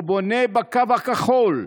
הוא בונה בקו הכחול,